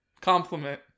Compliment